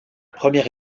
première